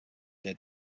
der